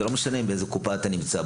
זה לא משנה באיזה קופה אתה נמצא,